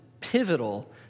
pivotal